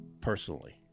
personally